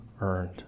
earned